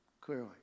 clearly